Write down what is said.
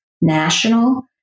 national